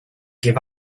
give